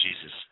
Jesus